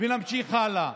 ונמשיך הלאה.